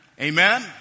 Amen